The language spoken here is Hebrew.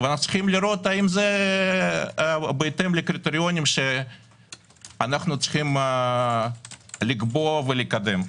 וצריך לראות אם זה בהתאם לקריטריונים שאנו צריכים לקבוע ולקדם.